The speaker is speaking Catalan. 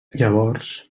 llavors